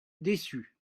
déçue